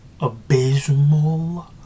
abysmal